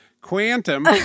quantum